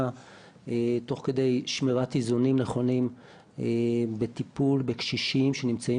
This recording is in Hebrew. תוך כדי שמירת איזונים נכונים בטיפול בקשישים שנמצאים